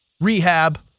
rehab